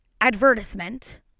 advertisement